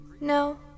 No